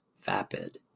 vapid